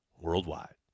worldwide